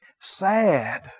sad